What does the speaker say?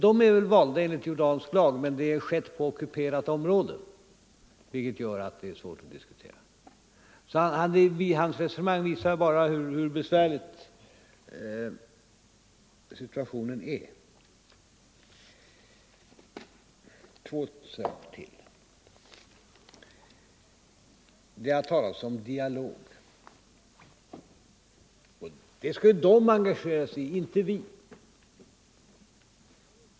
De är väl valda enligt jordansk lag, men det har ju skett på ockuperat område, vilket gör att det är svårt att diskutera. Hans resonemang visar bara hur besvärlig situationen är. Två saker till vill jag ta upp. Det har talats om en dialog. Den skulle 181 de engagera sig i, inte vi.